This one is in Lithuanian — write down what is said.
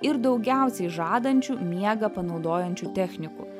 ir daugiausiai žadančių miegą panaudojančių technikų